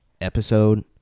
episode